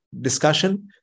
discussion